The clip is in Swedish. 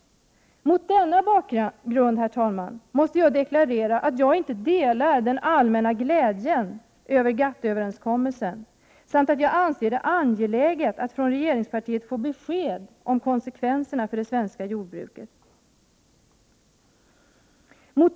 Mot denna bakgrund, herr talman, måste jag deklarera att jag inte delar den allmänna glädjen över GATT-överenskommelsen samt att jag anser det angeläget att vi får besked från regeringspartiet om konsekvenserna för det svenska jordbruket.